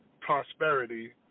prosperity